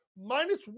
minus